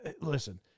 Listen